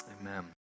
Amen